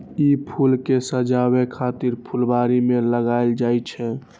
ई फूल कें सजाबै खातिर फुलबाड़ी मे लगाएल जाइ छै